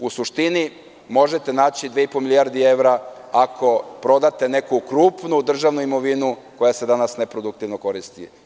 U suštini, možete naći dve i po milijarde evra ako prodate neku krupnu državnu imovinu koja se danas neproduktivno koristi.